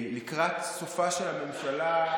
לקראת סופה של הממשלה,